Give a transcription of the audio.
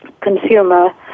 consumer